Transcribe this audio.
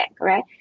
right